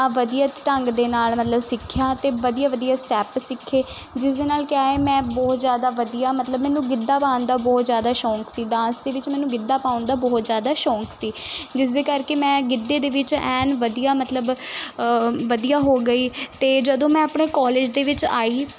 ਆ ਵਧੀਆ ਢੰਗ ਦੇ ਨਾਲ ਮਤਲਬ ਸਿੱਖਿਆ ਅਤੇ ਵਧੀਆ ਵਧੀਆ ਸਟੈਪ ਸਿੱਖੇ ਜਿਸ ਦੇ ਨਾਲ ਕਿਹਾ ਮੈਂ ਬਹੁਤ ਜ਼ਿਆਦਾ ਵਧੀਆ ਮਤਲਬ ਮੈਨੂੰ ਗਿੱਧਾ ਪਾਉਣ ਦਾ ਬਹੁਤ ਜ਼ਿਆਦਾ ਸ਼ੌਂਕ ਸੀ ਡਾਂਸ ਦੇ ਵਿੱਚ ਮੈਨੂੰ ਗਿੱਧਾ ਪਾਉਣ ਦਾ ਬਹੁਤ ਜ਼ਿਆਦਾ ਸ਼ੌਂਕ ਸੀ ਜਿਸ ਦੇ ਕਰਕੇ ਮੈਂ ਗਿੱਧੇ ਦੇ ਵਿੱਚ ਐਨ ਵਧੀਆ ਮਤਲਬ ਵਧੀਆ ਹੋ ਗਈ ਅਤੇ ਜਦੋਂ ਮੈਂ ਆਪਣੇ ਕਾਲਜ ਦੇ ਵਿੱਚ ਆਈ